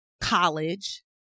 college